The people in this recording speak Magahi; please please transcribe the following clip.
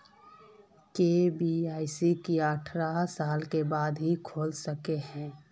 के.वाई.सी की अठारह साल के बाद ही खोल सके हिये?